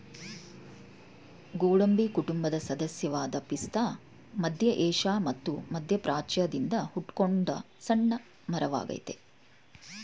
ಗೋಡಂಬಿ ಕುಟುಂಬದ ಸದಸ್ಯವಾದ ಪಿಸ್ತಾ ಮಧ್ಯ ಏಷ್ಯಾ ಮತ್ತು ಮಧ್ಯಪ್ರಾಚ್ಯದಿಂದ ಹುಟ್ಕೊಂಡ ಸಣ್ಣ ಮರವಾಗಯ್ತೆ